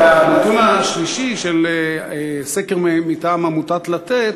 הנתון השלישי, מסקר מטעם עמותת "לתת",